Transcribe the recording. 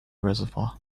reservoir